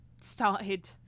Started